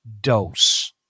dose